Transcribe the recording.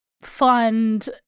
fund